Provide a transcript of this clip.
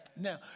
now